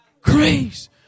Grace